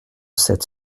sept